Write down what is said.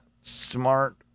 smart